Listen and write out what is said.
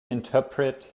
interpret